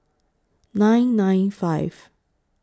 nine nine five